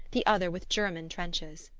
the other with german trenches.